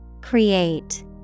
Create